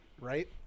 right